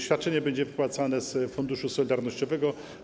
Świadczenie będzie wypłacane z Funduszu Solidarnościowego.